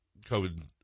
COVID